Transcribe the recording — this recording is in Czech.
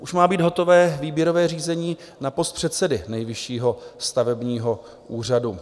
Už má být hotové výběrové řízení na post předsedy Nejvyššího stavebního úřadu.